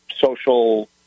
social